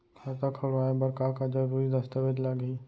खाता खोलवाय बर का का जरूरी दस्तावेज लागही?